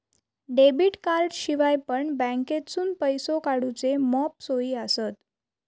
debit कार्डाशिवाय पण बँकेतसून पैसो काढूचे मॉप सोयी आसत